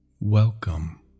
Welcome